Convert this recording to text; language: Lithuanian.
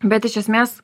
bet iš esmės